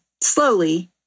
slowly